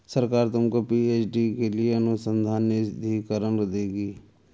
सरकार तुमको पी.एच.डी के लिए अनुसंधान निधिकरण देगी